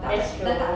that's true